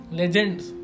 legends